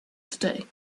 today